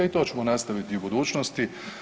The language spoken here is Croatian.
I to ćemo nastaviti i u budućnosti.